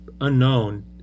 unknown